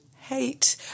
hate